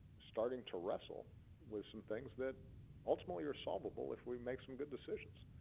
starting to wrestle with some things that ultimately are solvable if we make some good decisions.